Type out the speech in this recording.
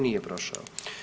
Nije prošao.